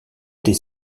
des